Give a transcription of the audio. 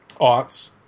Aughts